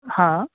હા